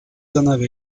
another